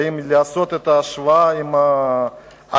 ואם נעשה את ההשוואה עם העלייה,